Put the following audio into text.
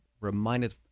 reminded